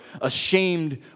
ashamed